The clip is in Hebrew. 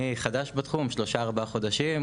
אני חדש בתחום, שלושה- ארבעה חודשים.